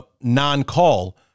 non-call